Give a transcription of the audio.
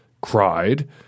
cried